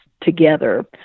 together